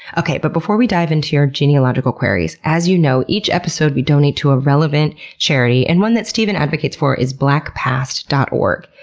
okay, but before we dive into your genealogical queries, as you know, each episode we donate to a relevant charity, and one that stephen advocates for is blackpast dot org.